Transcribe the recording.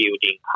building